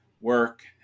work